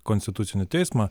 konstitucinį teismą